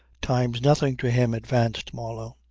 time's nothing to him, advanced marlow.